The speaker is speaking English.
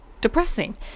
depressing